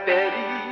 Betty